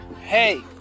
Hey